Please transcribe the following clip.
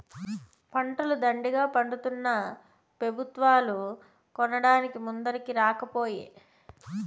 పంటలు దండిగా పండితున్నా పెబుత్వాలు కొనడానికి ముందరికి రాకపోయే